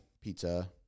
pizza